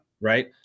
Right